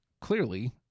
clearly